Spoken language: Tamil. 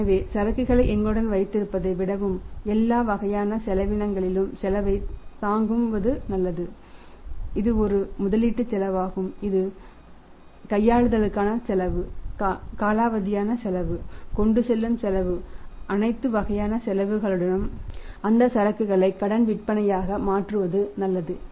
எனவே சரக்குகளை எங்களுடன் வைத்திருப்பதை விடவும் எல்லா வகையான செலவினங்களின் செலவையும் தாங்குவது நல்லது இது ஒரு முதலீட்டு செலவாகும் இது கையாளுதலுக்கான செலவு காலாவதியான செலவு கொண்டு செல்லும் செலவு அனைத்து வகையான செலவுகளுடன் அந்த சரக்குகளை கடன் விற்பனையாக மாற்றுவது நல்லது